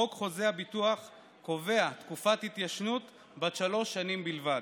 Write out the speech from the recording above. חוק חוזה הביטוח קובע תקופת התיישנות בת שלוש שנים בלבד.